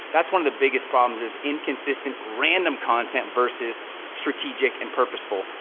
that's one of the biggest problems, is inconsistent, random content versus strategic and purposeful.